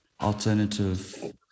alternative